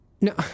No